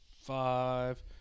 five